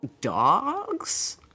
dogs